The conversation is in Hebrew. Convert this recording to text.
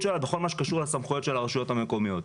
שלה בכל מה שקשור לסמכויות של הרשויות המקומיות.